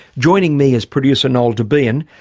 joining me is producer noel debien.